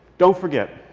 don't forget.